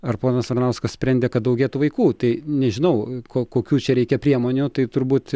ar ponas varanauskas sprendė kad daugėtų vaikų tai nežinau ko kokių čia reikia priemonių tai turbūt